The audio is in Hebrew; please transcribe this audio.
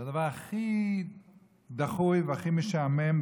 זה הדבר הכי דחוי והכי משעמם,